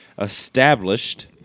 established